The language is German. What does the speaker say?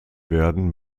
werden